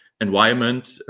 Environment